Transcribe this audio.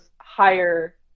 higher